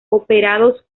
operados